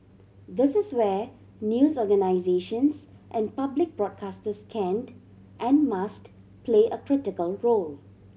this is where news organisations and public broadcasters can't and must play a critical role